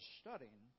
studying